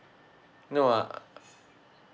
no uh